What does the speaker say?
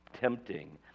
tempting